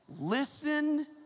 Listen